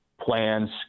Plans